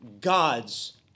God's